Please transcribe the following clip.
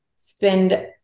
Spend